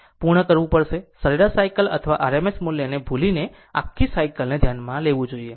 પૂર્ણ કરવું પડશે સરેરાશ સાયકલ અથવા RMS મૂલ્યને ભૂલીને આખી સાયકલને ધ્યાનમાં લેવું જોઈએ